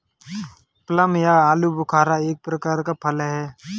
plum या आलूबुखारा एक प्रकार का फल है